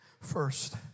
first